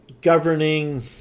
governing